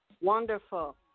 Wonderful